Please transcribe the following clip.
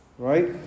Right